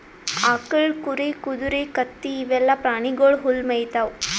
ಆಕಳ್, ಕುರಿ, ಕುದರಿ, ಕತ್ತಿ ಇವೆಲ್ಲಾ ಪ್ರಾಣಿಗೊಳ್ ಹುಲ್ಲ್ ಮೇಯ್ತಾವ್